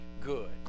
good